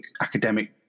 academic